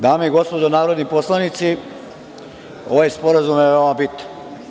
Dame i gospodo narodni poslanici, ovaj Sporazum je veoma bitan.